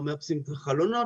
לא מאפסים חלונות,